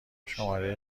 شماره